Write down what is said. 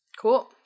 Cool